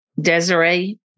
Desiree